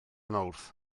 mawrth